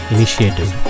Initiative